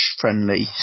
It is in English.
friendly